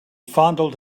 fondled